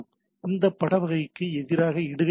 இது பட வகைக்கு எதிராக இடுகையிடுவது